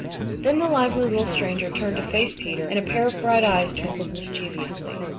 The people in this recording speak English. then the lively little stranger turned to face peter and a pair of bright eyes twinkled mischievously.